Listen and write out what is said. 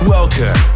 Welcome